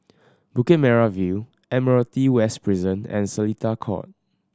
Bukit Merah View Admiralty West Prison and Seletar Court